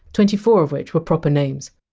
twenty four of which were proper names.